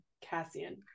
Cassian